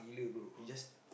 you just